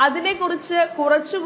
ആദ്യ കേസിൽ enzyme inhibitor ബന്ധിപ്പിച്ചിരിക്കുന്ന രണ്ടാമത്തെ കേസിൽ എൻസൈം സബ്സ്റ്റേറ്റ് കോംപ്ലക്സുമായി ബന്ധിപ്പിച്ചിരിക്കുന്നു മൂന്നാമത്തെ കേസിൽ ഇത് രണ്ടും ബന്ധിപ്പിച്ചിരിക്കുന്നു അവസാനത്തെ രണ്ടും കൂടിച്ചേർന്നത് ആയി ഞാൻ കരുതുന്നു പക്ഷേ നമുക്ക് ആശയം ലഭിക്കും എവിടെ ഇൻഹിബിറ്റർ ബൈൻഡുകൾ വ്യത്യാസം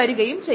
വരുത്തി